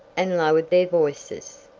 and lowered their voices.